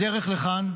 בדרך לכאן,